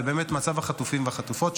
זה באמת מצב החטופים והחטופות,